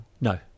No